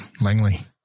Langley